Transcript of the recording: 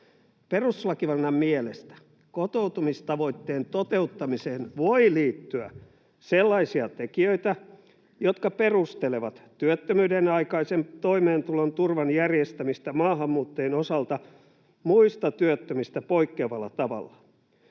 ”Perustuslakivaliokunnan mielestä kotoutumistavoitteen toteuttamiseen voi liittyä sellaisia tekijöitä, jotka perustelevat työttömyyden aikaisen toimeentulon turvan järjestämistä maahanmuuttajien osalta muista työttömistä poikkeavalla tavalla.